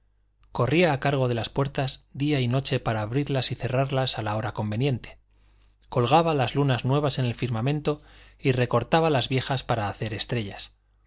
corría a cargo de las puertas día y noche para abrirlas y cerrarlas a la hora conveniente colgaba las lunas nuevas en el firmamento y recortaba las viejas para hacer estrellas